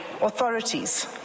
authorities